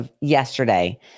yesterday